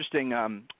interesting –